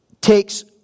takes